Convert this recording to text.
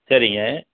சரிங்க